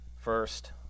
First